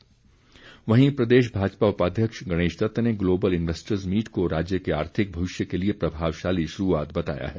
गणेशदत्त वहीं प्रदेश भाजपा उपाध्यक्ष गणेशदत्त ने ग्लोबल इन्वैस्टर्स मीट को राज्य के आर्थिक भविष्य के लिए प्रभावशाली शुरूआत बताया है